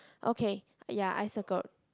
okay ya I circled